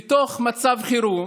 בתוך מצב חירום,